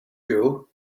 you